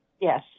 Yes